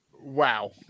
Wow